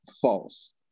false